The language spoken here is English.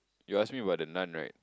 you ask me about the Nun right